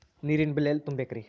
ನೇರಿನ ಬಿಲ್ ಎಲ್ಲ ತುಂಬೇಕ್ರಿ?